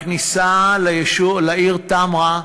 בכניסה לעיר תמרה,